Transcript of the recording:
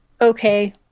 okay